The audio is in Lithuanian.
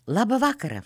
labą vakarą